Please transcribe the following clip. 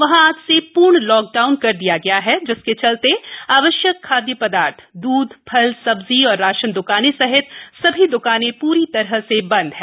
वहां आज से पूर्ण लॉकडाउन कर दिया गया है जिसके चलते वहां आवश्यक खाद्य पदार्थ दूध फल सब्जी और राशन द्कानें सहित सभी द्कानें पूरी तरह से बंद हैं